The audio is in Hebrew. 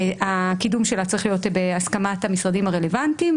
הקידום שלה צריך להיות בהסכמת המשרדים הרלוונטיים,